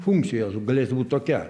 funkcijos galėtų būt tokia